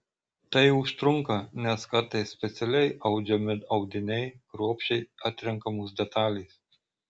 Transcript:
tai užtrunka nes kartais specialiai audžiami audiniai kruopščiai atrenkamos detalės